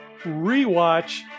Rewatch